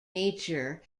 nature